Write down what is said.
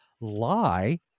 lie